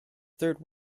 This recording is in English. third